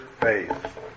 faith